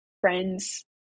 friends